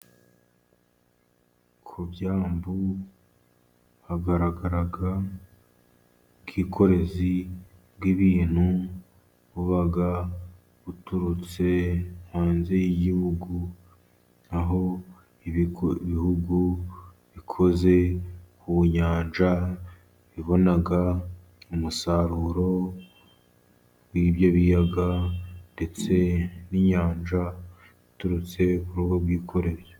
Ku byambu hagaragara ubwikorezi bw'ibintu, buba buturutse hanze y'igihugu, aho ibihugu bikoze ku nyanja, bibona umusaruro w'ibyo biyaga, ndetse n'inyanja biturutse kuri ubwo bwikorezi.